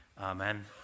amen